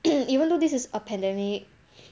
even though this is a pandemic